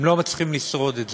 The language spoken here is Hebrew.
הם לא מצליחים לשרוד את זה.